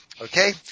Okay